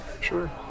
sure